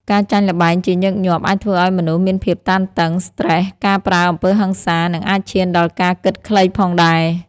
ការចាញ់ល្បែងជាញឹកញាប់ អាចធ្វើឱ្យមនុស្សមានភាពតានតឹង ស្ត្រេស ការប្រើអំពើហិង្សា និងអាចឈានដល់ការគិតខ្លីផងដែរ។